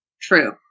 True